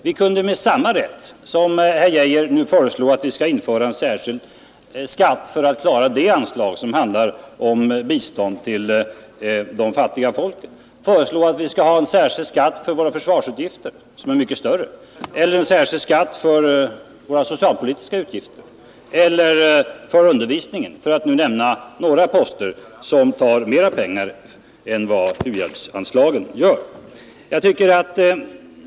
Vi kunde, med samma rätt som Arne Geijer nu föreslår att vi skall införa en särskild skatt för att klara det anslag som avser bistånd till de fattiga folken, föreslå att vi skall ha en särskild skatt för våra försvarsutgifter, som är mycket större, för våra socialpolitiska utgifter eller för undervisningen — för att nu nämna några poster som tar mera pengar än vad u-hjälpsanslagen gör.